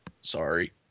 sorry